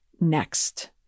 next